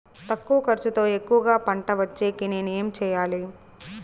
తక్కువ ఖర్చుతో ఎక్కువగా పంట వచ్చేకి నేను ఏమి చేయాలి?